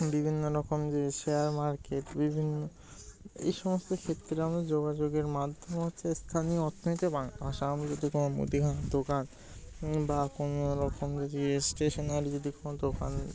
বিভিন্ন রকম যে শেয়ার মার্কেট বিভিন্ন এই সমস্ত ক্ষেত্রে আমাদের যোগাযোগের মাধ্যমে হচ্ছে স্থানীয় অর্থনীতি বাংলা ভাষা আমি যদি কোনো মুদিখানা দোকান বা কোনো রকম যদি স্টেশনারি যদি কোনো দোকান